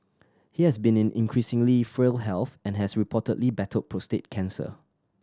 he has been in increasingly frail health and has reportedly battled prostate cancer